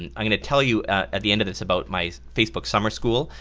and i'm going to tell you at the end of this about my facebook summer school,